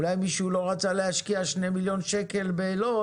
אולי מישהו לא רצה להשקיע 2 מיליון שקל בלוד.